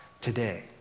today